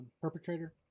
perpetrator